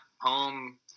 home